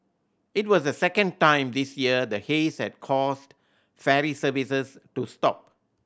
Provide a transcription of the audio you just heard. it was the second time this year the haze had caused ferry services to stop